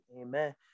amen